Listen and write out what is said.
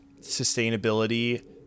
sustainability